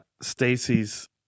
Stacy's